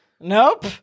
Nope